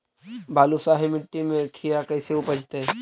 बालुसाहि मट्टी में खिरा कैसे उपजतै?